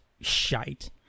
shite